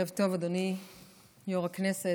ערב טוב, אדוני יו"ר הכנסת.